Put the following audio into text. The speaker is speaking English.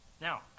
Now